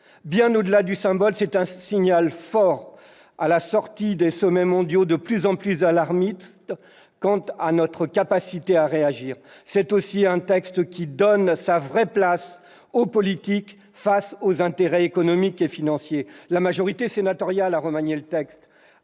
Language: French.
Bien au-delà du symbole, c'est un signal fort adressé à la suite de sommets mondiaux de plus en plus alarmistes quant à notre capacité à réagir. C'est aussi un texte qui donne sa vraie place au politique face aux intérêts économiques et financiers. La majorité sénatoriale a remanié le texte